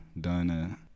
done